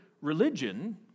religion